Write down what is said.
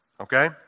Okay